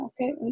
Okay